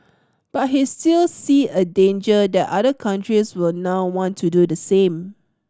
but he still see a danger that other countries will now want to do the same